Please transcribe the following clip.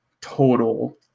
total